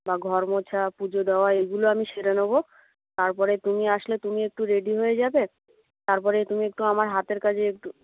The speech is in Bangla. বা ঘর মোছা পুজো দেওয়া এগুলো আমি সেরে নেব তারপরে তুমি আসলে তুমি একটু রেডি হয়ে যাবে তারপরে তুমি একটু আমার হাতের কাজে একটু